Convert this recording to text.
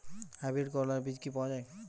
Hybrid করলার বীজ কি পাওয়া যায়?